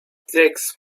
sechs